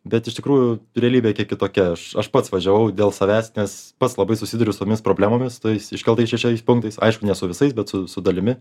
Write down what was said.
bet iš tikrųjų realybė kiek kitokia aš aš pats važiavau dėl savęs nes pats labai susiduriu su tomis problemomis tais iškeltais šešiais punktais aišku ne su visais bet su su dalimi